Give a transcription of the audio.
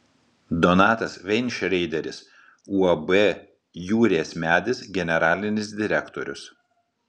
donatas veinšreideris uab jūrės medis generalinis direktorius